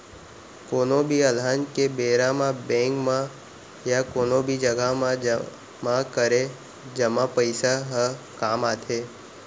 कोनो भी अलहन के बेरा म बेंक म या कोनो भी जघा म जमा करे जमा पइसा ह काम आथे